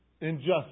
Injustice